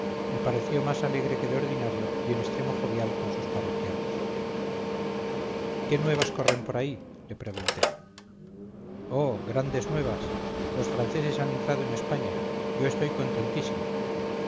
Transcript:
me pareció más alegre que de ordinario y en extremo jovial con sus parroquianos qué nuevas corren por ahí le pregunté oh grandes nuevas los franceses han entrado en españa yo estoy contentísimo